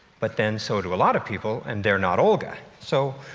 but then so do a lot of people and they're not olga. so,